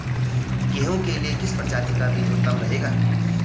गेहूँ के लिए किस प्रजाति का बीज उत्तम रहेगा?